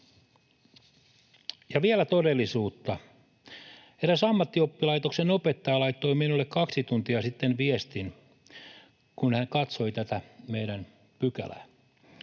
Ja vielä todellisuutta: Eräs ammattioppilaitoksen opettaja laittoi minulle kaksi tuntia sitten viestin, kun hän katsoi tätä meidän pykäläämme: